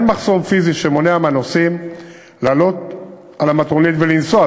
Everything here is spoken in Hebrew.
אין מחסום פיזי שמונע מהנוסעים לעלות על המטרונית ולנסוע.